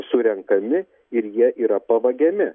surenkami ir jie yra pavagiami